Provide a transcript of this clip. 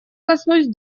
коснусь